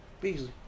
Beasley